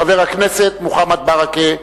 חבר הכנסת מוחמד ברכה,